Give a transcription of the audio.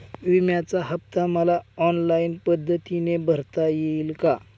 विम्याचा हफ्ता मला ऑनलाईन पद्धतीने भरता येईल का?